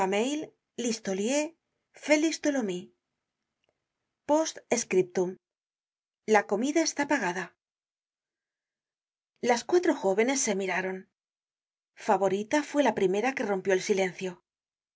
blachevelle fameuil listolier félix tholomyes post scriptum la comida está pagada las cuatro jóvenes se miraron favorita fue la primera que rompió el silencio